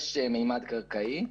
יהיה ממד קרקעי.